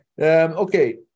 Okay